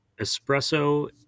espresso